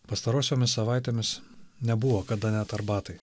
pastarosiomis savaitėmis nebuvo kada net arbatai